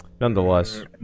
Nonetheless